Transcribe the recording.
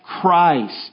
Christ